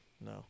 No